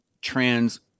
trans